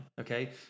okay